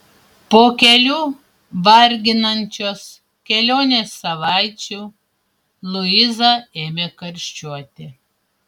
po kelių varginančios kelionės savaičių luiza ėmė karščiuoti